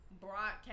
broadcast